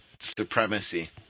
supremacy